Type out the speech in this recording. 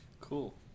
Cool